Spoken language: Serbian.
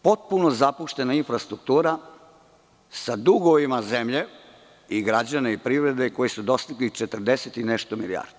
Potpuno zapuštena infrastruktura sa dugovima zemlje i građana i privrede koji su dostigli 40 i nešto milijardi.